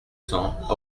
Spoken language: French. cents